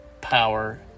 power